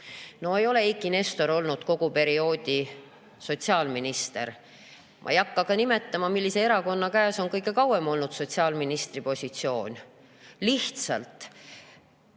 No ei ole Eiki Nestor olnud kogu perioodi sotsiaalminister. Ma ei hakka ka nimetama, millise erakonna käes on kõige kauem olnud sotsiaalministri positsioon. Lihtsalt,